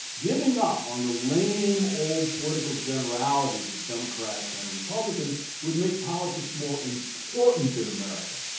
giving up on the lame old political generalities of democrats and republicans would make politics more important in america.